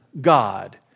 God